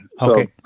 okay